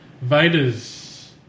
Vader's